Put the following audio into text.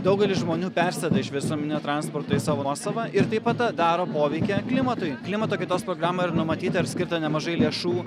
daugelis žmonių persėda iš visuomeninio transporto į savo nuosavą ir taip pat daro poveikį klimatui klimato kaitos programa yra numatyta ir skirta nemažai lėšų